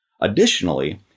Additionally